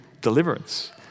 deliverance